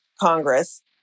Congress